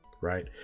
right